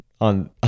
On